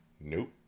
nope